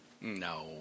No